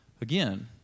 Again